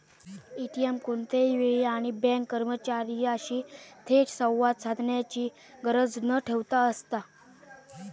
ATM कोणत्याही वेळी आणि बँक कर्मचार्यांशी थेट संवाद साधण्याची गरज न ठेवता असता